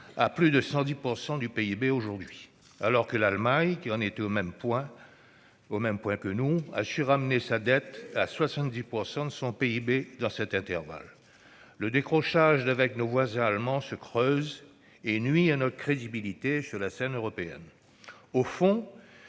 à plus de 110 % aujourd'hui, alors que l'Allemagne, qui en était au même point que nous, a su ramener sa dette à 70 % de son PIB dans le même intervalle. Le décrochage d'avec nos voisins allemands se creuse et nuit à notre crédibilité sur la scène européenne. Au fond,